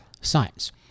science